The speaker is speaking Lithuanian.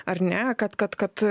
ar ne kad kad kad